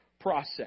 process